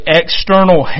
external